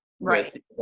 Right